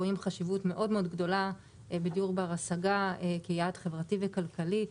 כמובן רואים חשיבות מאוד מאוד גדולה בדיור בר השגה כיעד חברתי וכלכלי.